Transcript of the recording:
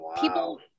people-